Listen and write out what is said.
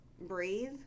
breathe